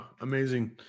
Amazing